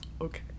Okay